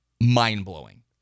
mind-blowing